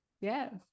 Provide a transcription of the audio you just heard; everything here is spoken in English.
Yes